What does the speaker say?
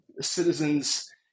citizens